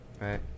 Right